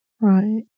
Right